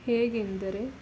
ಹೇಗೆಂದರೆ